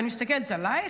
ואני מסתכלת עלייך,